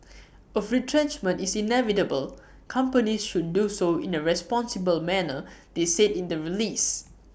of retrenchment is inevitable companies should do so in A responsible manner they said in the release